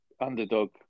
underdog